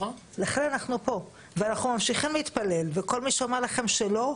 אנחנו ממשיכים להתפלל וכל מי שאומר לכם שלא,